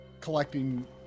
collecting